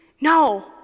No